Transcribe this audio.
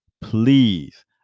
Please